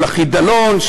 של החידלון,